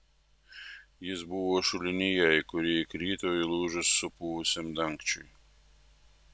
jis buvo šulinyje į kurį įkrito įlūžus supuvusiam dangčiui